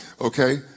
okay